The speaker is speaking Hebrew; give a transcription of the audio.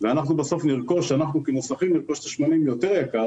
ואנחנו כמוסכים נרכוש את השמנים במחיר יותר יקר